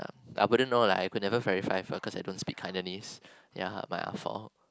ah but then all like I could never verify first cause I don't speak Cantonese ya my fault